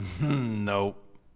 Nope